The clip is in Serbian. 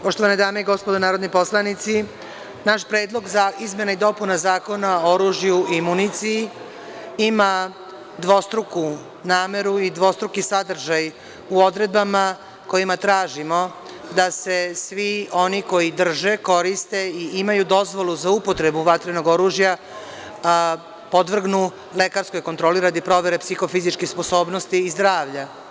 Poštovane dame i gospodo narodni poslanici, naš predlog izmene i dopune Zakona oružju i municiji ima dvostruku nameru i dvostruki sadržaj u odredbama kojima tražimo da se svi oni koji drže, koriste i imaju dozvolu za upotrebu vatrenog oružja podvrgnu lekarskoj kontroli, radi provere psihofizičkih sposobnosti i zdravlja.